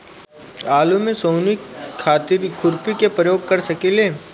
आलू में सोहनी खातिर खुरपी के प्रयोग कर सकीले?